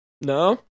No